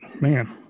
Man